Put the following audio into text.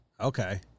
Okay